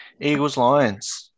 Eagles-Lions